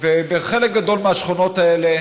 בחלק גדול מהשכונות האלה